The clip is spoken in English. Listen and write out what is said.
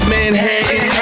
Manhattan